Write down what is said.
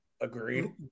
Agreed